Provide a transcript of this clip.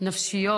נפשיות